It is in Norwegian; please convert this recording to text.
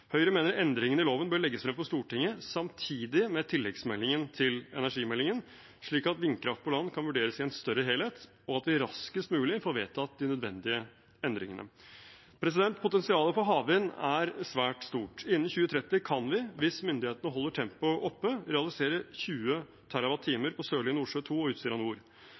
Høyre mener endringene i loven bør legges frem for Stortinget samtidig med tilleggsmeldingen til energimeldingen, slik at vindkraft på land kan vurderes i en større helhet, og at vi raskest mulig får vedtatt de nødvendige endringene. Potensialet for havvind er svært stort. Innen 2030 kan vi, hvis myndighetene holder tempoet oppe, realisere 20 TWh på Sørlige Nordsjø II og